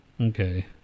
Okay